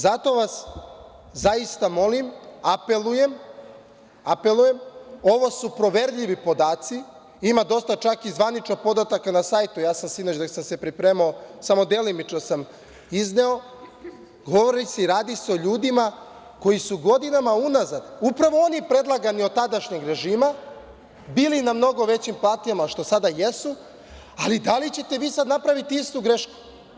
Zato vas zaista molim, apelujem, ovo su poverljivi podaci, ima dosta i zvaničnih podataka na sajtu, sinoć dok sam se pripremao, samo sam delimično izneo, govori se i radi se o ljudima koji su godinama unazad, upravo oni predlagani od tadašnjeg režima, bili na mnogo većim platama što sada jesu, ali da li ćete vi sad napraviti istu grešku?